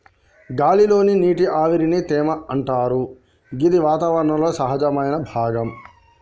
గాలి లోని నీటి ఆవిరిని తేమ అంటరు గిది వాతావరణంలో సహజమైన భాగం